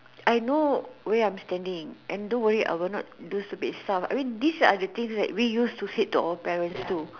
I know where I am standing and don't worry I will not do stupid stuff I mean these are the things that we used to said to our parents' too